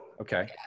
okay